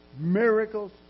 miracles